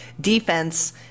defense